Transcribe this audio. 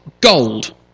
gold